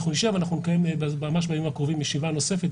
נשב, נקיים ממש בימים הקרובים ישיבה נוספת.